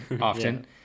often